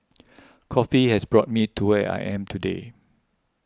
coffee has brought me to where I am today